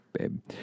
babe